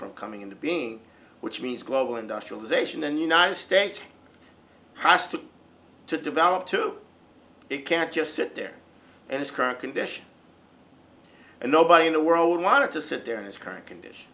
from coming into being which means global industrialization and united states has to to develop to it can't just sit there and it's current condition and nobody in the world wanted to sit there in its current condition